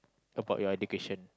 about your education